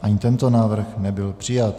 Ani tento návrh nebyl přijat.